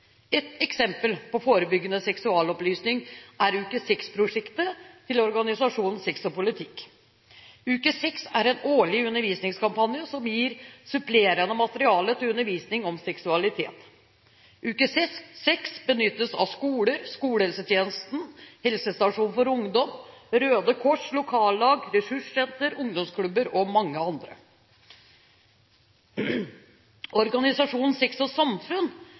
Et eksempel på forebyggende seksualopplysning er Uke Sex-prosjektet til organisasjonen Sex og Politikk. Uke Sex er en årlig undervisningskampanje som gir supplerende materiale til undervisning om seksualitet. Uke Sex benyttes av skoler, skolehelsetjenesten, helsestasjoner for ungdom, Røde Kors lokallag, ressurssentre, ungdomsklubber og mange andre. Organisasjonen Sex og Samfunn